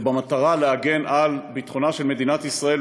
ובמטרה להגן על ביטחונה של מדינת ישראל,